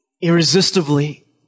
irresistibly